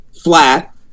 flat